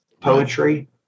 poetry